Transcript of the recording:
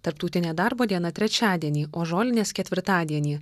tarptautinė darbo diena trečiadienį o žolinės ketvirtadienį